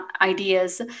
ideas